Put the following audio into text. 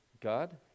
God